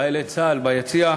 מכובדי חיילי צה"ל ביציע,